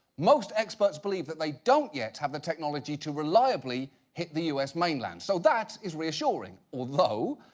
most experts believe that they don't yet have the technology to reliably hit the u s. mainland, so that is reassuring. although,